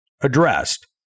addressed